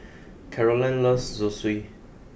Carolann loves Zosui